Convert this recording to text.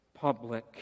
public